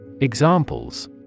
Examples